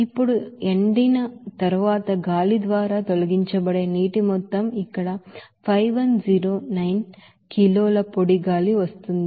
ఇప్పుడు ఎండిన తరువాత గాలి ద్వారా తొలగించబడే నీటి మొత్తం ఇక్కడ 5109 కిలోల పొడి గాలి వస్తోంది